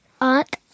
Art